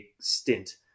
stint